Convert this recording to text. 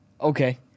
Okay